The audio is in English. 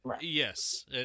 Yes